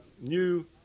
new